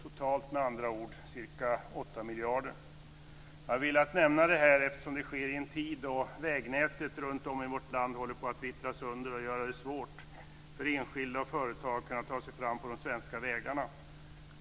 Totalt blir det, med andra ord, ca Jag har velat nämna detta eftersom det sker i en tid då vägnätet runtom i vårt land håller på att vittra sönder och göra det svårt för enskilda och företag att ta sig fram på de svenska vägarna.